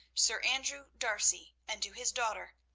sir andrew d'arcy, and to his daughter,